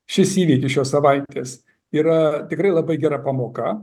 šis įvykis šios savaitės yra tikrai labai gera pamoka